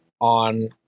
on